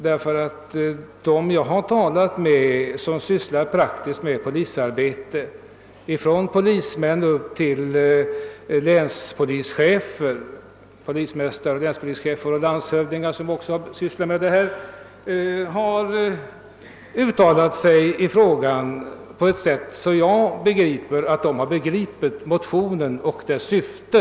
De personer, som jag har talat med och som sysslar praktiskt med polisarbete — från polismän och polismästare upp till länspolischefer och landshövdingar — har uttalat sig i frågan på ett sätt som gör att jag förstår att de har begripit motionen och dess syfte.